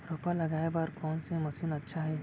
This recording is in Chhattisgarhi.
रोपा लगाय बर कोन से मशीन अच्छा हे?